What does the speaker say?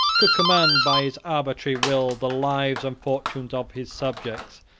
could command by his arbitrary will the lives and fortunes of his subjects,